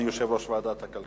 הצעת חוק